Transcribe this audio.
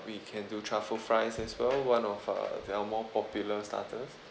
we can do truffle fries as well one of uh the uh more popular starters